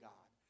God